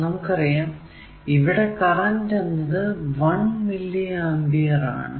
നമുക്കറിയാം ഇവിടെ കറന്റ് എന്നത് 1 മില്ലി ആംപിയർ ആണ്